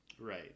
Right